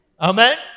Amen